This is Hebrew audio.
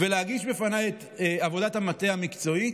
ולהגיש בפניי את עבודת המטה המקצועית,